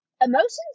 emotions